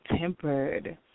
Tempered